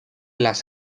las